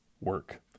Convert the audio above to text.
work